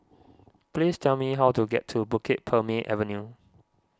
please tell me how to get to Bukit Purmei Avenue